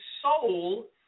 soul